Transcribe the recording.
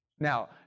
Now